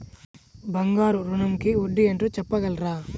బంగారు ఋణంకి వడ్డీ ఎంతో చెప్పగలరా?